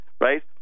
Right